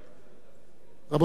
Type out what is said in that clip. רבותי חברי הכנסת,